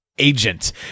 agent